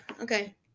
okay